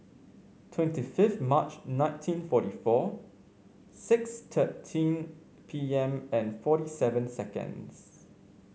twenty fifth March nineteen forty four six thirteen P M and forty seven seconds